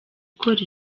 ikora